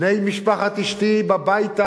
בני-משפחת אשתי ב"בית האדום"